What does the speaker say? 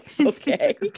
okay